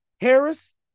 Harris